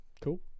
cool